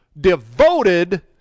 devoted